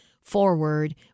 Forward